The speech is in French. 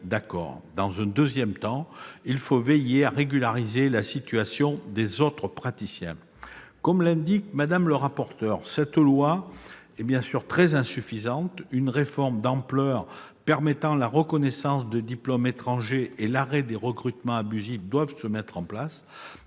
dans un deuxième temps, il faut veiller à régulariser la situation des autres praticiens. Comme l'indique Mme la rapporteur, cette proposition de loi est bien sûr très insuffisante. Une réforme d'ampleur permettant la reconnaissance des diplômes étrangers et l'arrêt des recrutements abusifs doit être mise en place.